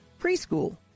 Preschool